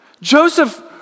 Joseph